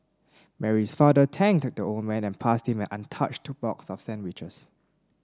Mary's father thanked the old man and passed him an untouched box of sandwiches